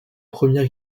première